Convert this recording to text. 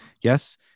Yes